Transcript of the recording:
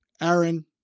Aaron